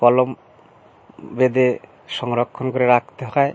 কলম বেঁধে সংরক্ষণ করে রাখতে হয়